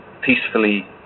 peacefully